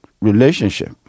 relationship